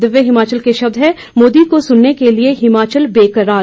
दिव्य हिमाचल के शब्द हैं मोदी को सुनने के लिए हिमाचल बेकररार